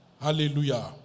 Hallelujah